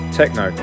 techno